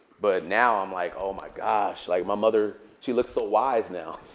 but now i'm like, oh my gosh, like my mother she looks so wise now.